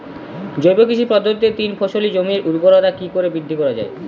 জৈব কৃষি পদ্ধতিতে তিন ফসলী জমির ঊর্বরতা কি করে বৃদ্ধি করা য়ায়?